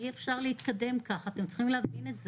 אי אפשר להתקדם ככה, אתם צריכים להבין את זה.